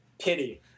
pity